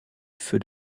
feux